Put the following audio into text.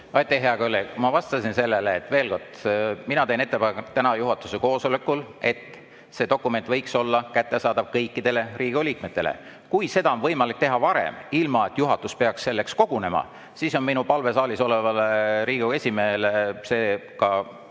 Ma vastasin sellele, et mina teen ettepaneku täna juhatuse koosolekul, et see dokument võiks olla kättesaadav kõikidele Riigikogu liikmetele. Kui seda on võimalik teha varem, ilma et juhatus peaks selleks kogunema, siis on minu palve või ettepanek saalis